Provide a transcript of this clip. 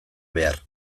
behar